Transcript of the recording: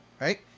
right